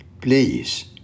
Please